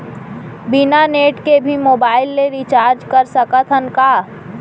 बिना नेट के भी मोबाइल ले रिचार्ज कर सकत हन का?